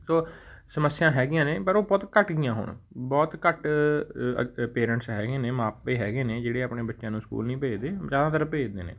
ਸੋ ਸਮੱਸਿਆ ਹੈਗੀਆਂ ਨੇ ਪਰ ਉਹ ਬਹੁਤ ਘੱਟ ਗਈਆਂ ਹੁਣ ਬਹੁਤ ਘੱਟ ਪੇਰੈਂਟਸ ਹੈਗੇ ਨੇ ਮਾਪੇ ਹੈਗੇ ਨੇ ਜਿਹੜੇ ਆਪਣੇ ਬੱਚਿਆਂ ਨੂੰ ਸਕੂਲ ਨਹੀਂ ਭੇਜਦੇ ਜ਼ਿਆਦਾਤਰ ਭੇਜਦੇ ਨੇ